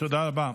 תודה רבה.